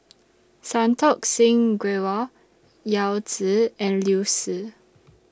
Santokh Singh Grewal Yao Zi and Liu Si